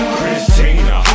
Christina